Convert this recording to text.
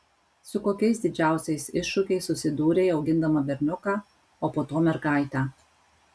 su kokiais didžiausiais iššūkiais susidūrei augindama berniuką o po to mergaitę